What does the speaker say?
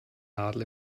nadel